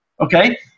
okay